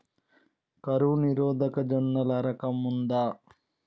కరువు నిరోధక జొన్నల రకం ఉందా?